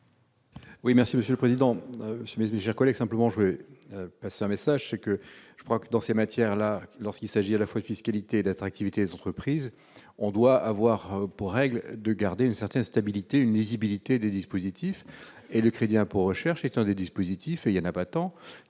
Oui, merci Monsieur le Président, mais déjà Collet, simplement je vais passer un message, c'est que je crois que dans ces matières-là lorsqu'il s'agit à la fois fiscalité d'attractivité des entreprises, on doit avoir pour règle de garder une certaine stabilité, une lisibilité des dispositifs et le crédit impôt recherche est des dispositifs et il y en a pas tant